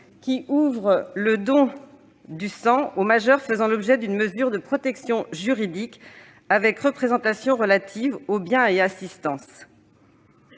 qui ouvre le don du sang aux majeurs faisant l'objet d'une mesure de protection juridique avec représentation relative aux biens et assistance.